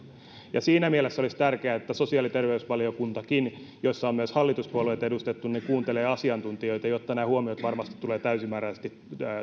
siinä mielessä olisi tärkeää että sosiaali ja terveysvaliokuntakin jossa myös hallituspuolueet ovat edustettuina kuuntee asiantuntijoita jotta nämä huomiot varmasti tulevat täysimääräisesti